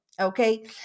okay